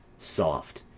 soft!